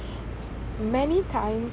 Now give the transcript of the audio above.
many times